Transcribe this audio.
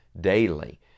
daily